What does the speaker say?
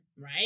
right